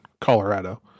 colorado